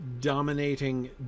dominating